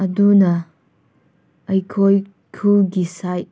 ꯑꯗꯨꯅ ꯑꯩꯈꯣꯏ ꯈꯨꯜꯒꯤ ꯁꯥꯏꯠ